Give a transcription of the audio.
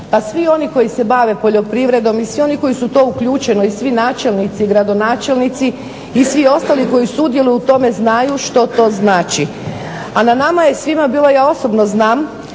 Pa svi oni koji se bave poljoprivredom i svi oni koji su u to uključeni i svi načelnici, gradonačelnici i svi ostali koji sudjeluju u tome znaju što to znači. A na nama je svima bilo, ja osobno znam